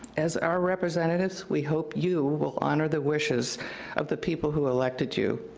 as our representatives, we hope you will honor the wishes of the people who elected you,